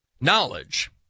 knowledge